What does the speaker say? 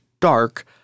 dark